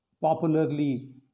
popularly